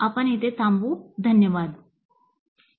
धन्यवाद